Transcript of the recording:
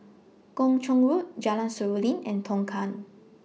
Kung Chong Road Jalan Seruling and Tongkang